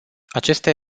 aceste